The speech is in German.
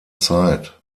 zeit